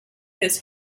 his